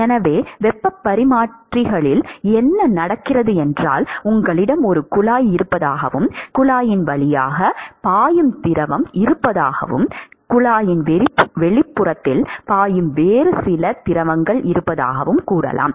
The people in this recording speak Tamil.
எனவே வெப்பப் பரிமாற்றிகளில் என்ன நடக்கிறது என்றால் உங்களிடம் ஒரு குழாய் இருப்பதாகவும் குழாயின் வழியாகப் பாயும் திரவம் இருப்பதாகவும் குழாயின் வெளிப்புறத்தில் பாயும் வேறு சில திரவங்கள் இருப்பதாகவும் கூறலாம்